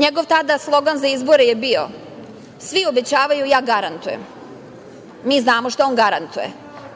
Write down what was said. Njegov tada slogan za izbore je bio „Svi obećavaju, ja garantujem. Mi znamo šta on garantuje,